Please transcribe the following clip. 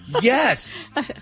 Yes